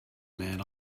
man